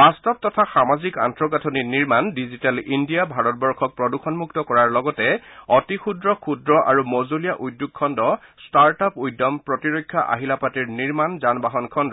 বাস্তৱ তথা সামাজিক আন্তঃগাঁথনি নিৰ্মাণ ডিজিটেল ইণ্ডিয়া ভাৰতবৰ্যক প্ৰদূষণমুক্ত কৰাৰ লগতে অতি ক্ষুদ্ৰ ক্ষুদ্ৰ আৰু মজলীয়া উদ্যোগ খণ্ড ষ্টাৰ্ট আপ উদ্যম প্ৰতিৰক্ষা আহিলা পাতিৰ নিৰ্মাণ যান বাহন খণ্ড